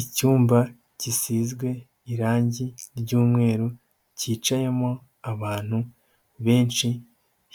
Icyumba gisizwe irangi ry'umweru, cyicayemo abantu benshi